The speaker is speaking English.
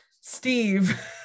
Steve